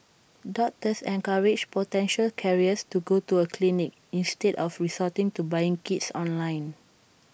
doctors encouraged potential carriers to go to A clinic instead of resorting to buying kits online